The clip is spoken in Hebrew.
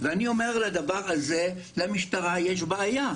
אני אומר שבדבר הזה יש למשטרה בעיה.